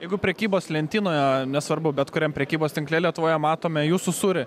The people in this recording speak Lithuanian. jeigu prekybos lentynoje nesvarbu bet kuriam prekybos tinkle lietuvoje matome jūsų sūrį